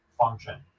function